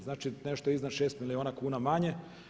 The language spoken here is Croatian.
Znači nešto iznad 6 milijuna kuna manje.